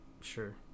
sure